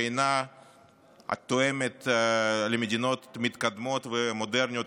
שאינה תואמת מדינות מתקדמות ומודרניות,